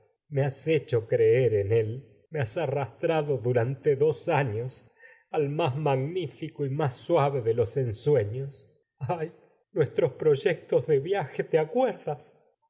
me has hecho creer en él me has arrastrado durante dos años al más magnifico y más suave de los ensueños ay nuestros proyectos de viaje te acuerdas